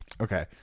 Okay